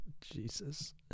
Jesus